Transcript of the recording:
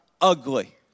ugly